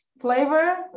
Flavor